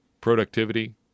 productivity